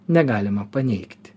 negalima paneigt